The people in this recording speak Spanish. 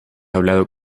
hablado